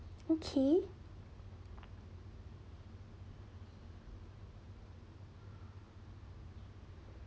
okay